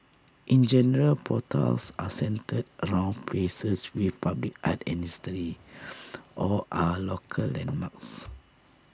in general portals are centred around places with public art and history or are local landmarks